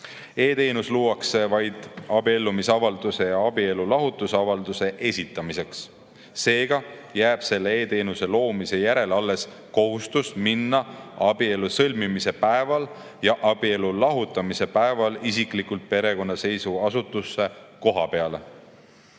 E‑teenus luuakse vaid abiellumisavalduse ja abielulahutusavalduse esitamiseks. Seega jääb selle e‑teenuse loomise järel alles kohustus minna abielu sõlmimise päeval ja abielu lahutamise päeval isiklikult perekonnaseisuasutusse kohapeale.